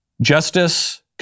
Justice